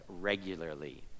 regularly